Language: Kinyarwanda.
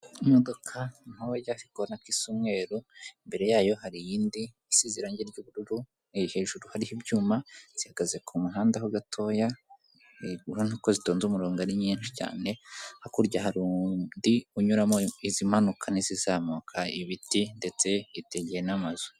Imodoka ntoya ariko ubona ko isa umweru, imbere yayo hari iyindi isize irangi ry'ubururu, hejuru hariho ibyuma, zihagaze ku muhanda ho gatoya, urabona ko zitonze umurongo ari nyinshi cyane, hakurya hari undi unyuramo n'izimanuka n'izizamuka, ibiti ndetse hitegeye n'amazu.